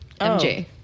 MJ